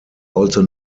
also